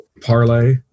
Parlay